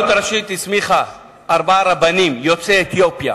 הרבנות הראשית הסמיכה ארבעה רבנים יוצאי אתיופיה,